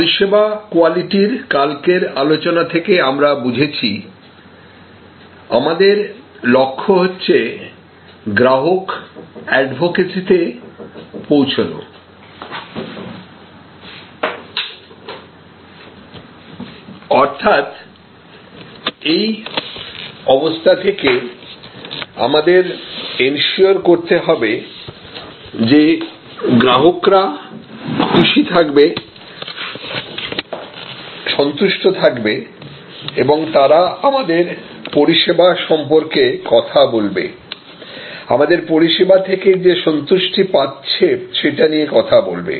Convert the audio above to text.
পরিষেবা কোয়ালিটির কালকের আলোচনা থেকে আমরা বুঝেছি আমাদের লক্ষ হচ্ছে গ্রাহক অ্যাডভোকেসি তে পৌঁছানো অর্থাৎ এই অবস্থা থেকে আমাদের এনসিওর করতে হবে যে গ্রাহকরা খুশি থাকবে সন্তুষ্ট থাকবে এবং তারা আমাদের পরিষেবা সম্পর্কে কথা বলবে আমাদের পরিষেবা থেকে যে সন্তুষ্টি পাচ্ছে সেটা নিয়ে কথা বলবে